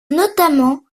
notamment